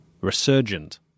resurgent